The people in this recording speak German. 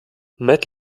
matt